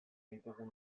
ditugun